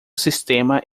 sistema